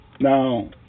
Now